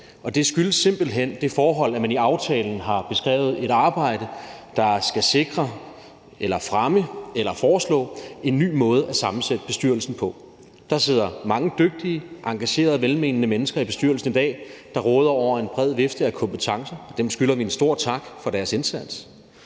Det skyldes simpelt hen det forhold, at man i aftalen har beskrevet et arbejde, der skal sikre eller fremme eller foreslå en ny måde at sammensætte bestyrelsen på. Der sidder mange dygtige, engagerede og velmenende mennesker i bestyrelsen i dag, der råder over en bred vifte af kompetencer, og dem skylder vi en stor tak for deres indsats.